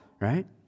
right